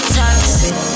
toxic